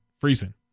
freezing